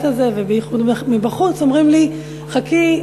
הזה ובייחוד מבחוץ אומרים לי: חכי,